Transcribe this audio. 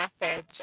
message